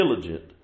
diligent